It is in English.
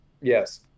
Yes